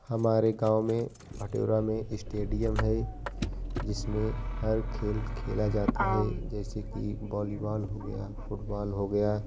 हमारे गाँव में भटौरा में स्टेडियम है जिसमें हर खेल खेला जाता है जैसे कि बॉलीबॉल हो गया फुटबॉल हो गया